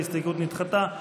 ההסתייגות נדחתה.